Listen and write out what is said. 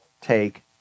take